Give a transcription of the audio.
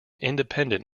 independent